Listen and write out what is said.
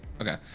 Okay